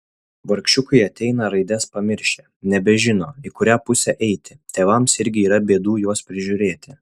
vargšiukai ateina raides pamiršę nebežino į kurią pusę eiti tėvams irgi yra bėdų juos prižiūrėti